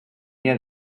yet